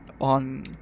on